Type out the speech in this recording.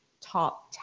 top